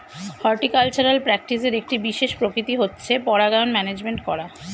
horticultural প্র্যাকটিসের একটি বিশেষ প্রকৃতি হচ্ছে পরাগায়ন ম্যানেজমেন্ট করা